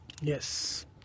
Yes